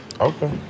Okay